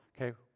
Okay